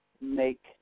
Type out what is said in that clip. make